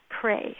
pray